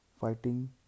fighting